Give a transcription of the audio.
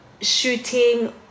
shooting